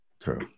True